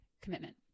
commitment